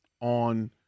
on